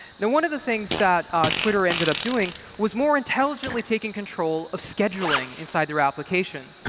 now, one of the things that twitter ended up doing was more intelligently taking control of scheduling inside their application.